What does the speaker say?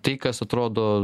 tai kas atrodo